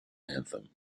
anthem